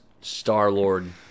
Star-Lord